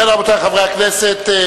ובכן, רבותי חברי הכנסת,